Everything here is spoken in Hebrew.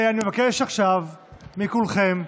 אני מבקש עכשיו מכולכם,